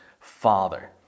father